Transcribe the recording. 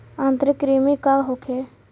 आंतरिक कृमि का होखे?